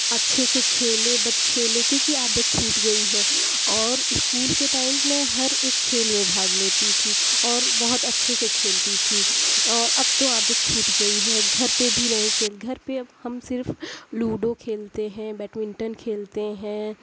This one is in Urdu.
اچھے سے کھیلے بٹ کھیلے کیونکہ عادت چھوٹ گئی ہے اور اسکول کے ٹائم میں ہر ایک کھیل میں بھاگ لیتی تھی اور بہت اچھے سے کھیلتی تھی اور اب تو عادت چھوٹ گئی ہے گھر پہ بھی نہیں کھیل گھر پہ اب ہم صرف لوڈو کھیلتے ہیں بیٹمنٹن کھیلتے ہیں